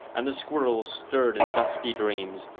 and the squirrels stirred in dusty dreams,